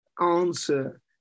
answer